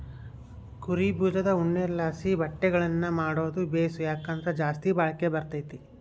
ಕುರೀ ಬುಜದ್ ಉಣ್ಣೆಲಾಸಿ ಬಟ್ಟೆಗುಳ್ನ ಮಾಡಾದು ಬೇಸು, ಯಾಕಂದ್ರ ಜಾಸ್ತಿ ಬಾಳಿಕೆ ಬರ್ತತೆ